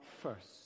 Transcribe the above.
first